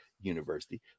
University